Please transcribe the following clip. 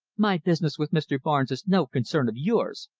my business with mr. barnes is no concern of yours!